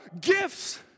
gifts